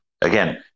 again